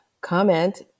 comment